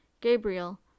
Gabriel